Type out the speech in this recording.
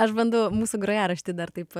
aš bandau mūsų grojaraštį dar taip